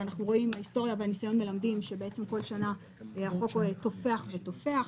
ואנחנו רואים מההיסטוריה והניסיון מלמד שכל שנה החוק תופח ותופח,